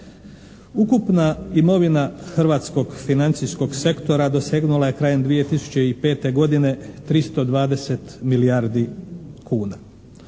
Ukupna imovina hrvatskog financijskog sektora dosegnula je krajem 2005. godine 320 milijardi kuna.